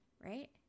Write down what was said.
right